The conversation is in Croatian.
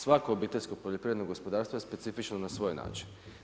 Svako obiteljsko poljoprivredno gospodarstvo je specifično na svoj način.